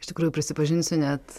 iš tikrųjų prisipažinsiu net